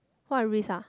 what risk ah